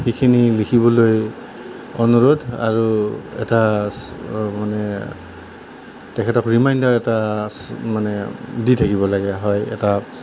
সেইখিনি লিখিবলৈ অনুৰোধ আৰু এটা মানে তেখেতক ৰিমাইণ্ডাৰ এটা মানে দি থাকিবলগীয়া হয় এটা